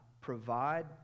provide